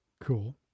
cool